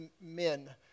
men